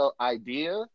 idea